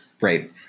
right